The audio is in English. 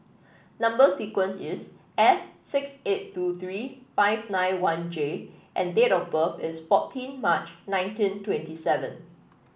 number sequence is S six eight two three five nine one J and date of birth is fourteen March nineteen twenty seven